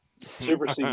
super